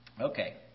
Okay